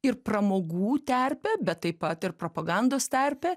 ir pramogų terpe bet taip pat ir propagandos tarpe